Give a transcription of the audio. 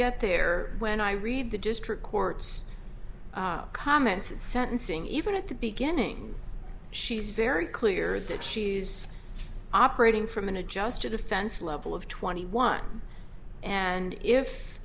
get there when i read the district court's comments at sentencing even at the beginning she's very clear that she's operating from an adjusted offense level of twenty one and if